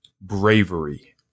Bravery